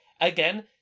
again